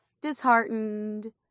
disheartened